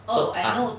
就是 ah